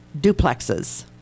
duplexes